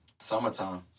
Summertime